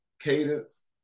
cadence